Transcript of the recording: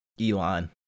Elon